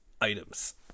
items